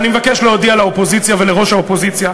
ואני מבקש להודיע לאופוזיציה ולראש האופוזיציה,